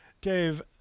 Dave